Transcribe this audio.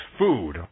food